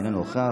אינו נוכח,